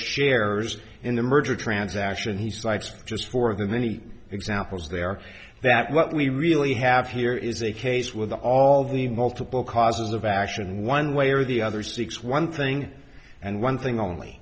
shares in the merger transaction he cites just for the many examples they are that what we really have here is a case with all the multiple causes of action one way or the other six one thing and one thing only